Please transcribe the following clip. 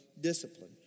discipline